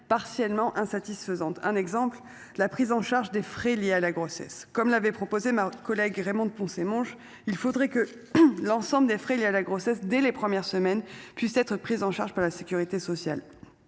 partiellement insatisfaisante. Un exemple, la prise en charge des frais liés à la grossesse comme l'avait proposé ma collègue Raymonde Poncet Monge. Il faudrait que l'ensemble des frais liés à la grossesse dès les premières semaines puissent être prises en charge par la Sécurité sociale.